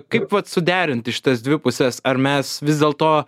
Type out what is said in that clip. kaip vat suderinti šitas dvi puses ar mes vis dėlto